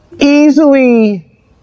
easily